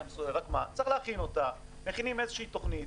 רק צריך להכין אותה מכינים תוכנית,